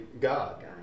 God